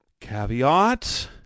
Caveat